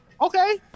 Okay